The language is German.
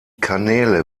kanäle